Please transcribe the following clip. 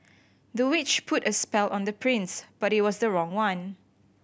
the witch put a spell on the prince but it was the wrong one